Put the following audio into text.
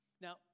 Now